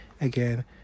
again